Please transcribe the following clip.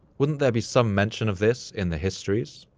wouldn't there be some mention of this in the histories?